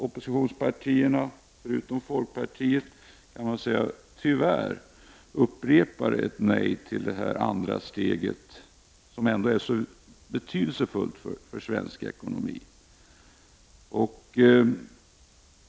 Oppositionspartierna, förutom folkpartiet, upprepar tyvärr sitt nej till det andra steget i skattepaketet, som ändå är så betydelsefullt för svensk ekonomi.